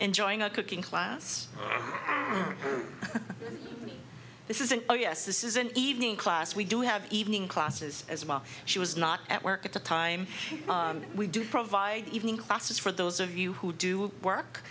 enjoying a cooking class this is an hour yes this is an evening class we do have evening classes as well she was not at work at the time we do provide evening classes for those of you who do work